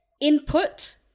input